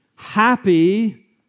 Happy